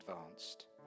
advanced